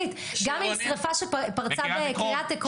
גם אם שרפה פרצה בקריית עקרון לידנו,